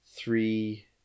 Three